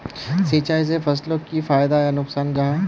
सिंचाई से फसलोक की फायदा या नुकसान जाहा?